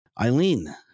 Eileen